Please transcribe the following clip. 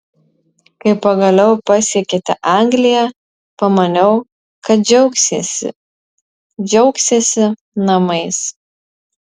kai pagaliau pasiekėte angliją pamaniau kad džiaugsiesi džiaugsiesi namais